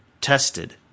tested